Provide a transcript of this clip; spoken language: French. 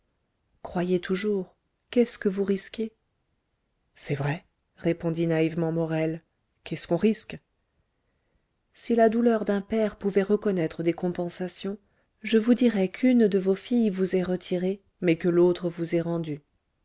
croyez toujours qu'est-ce que vous risquez c'est vrai répondit naïvement morel qu'est-ce qu'on risque si la douleur d'un père pouvait reconnaître des compensations je vous dirais qu'une de vos filles vous est retirée mais que l'autre vous est rendue